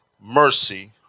Mercy